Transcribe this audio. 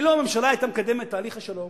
אילו הממשלה היתה מקדמת את תהליך השלום,